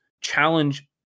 challenge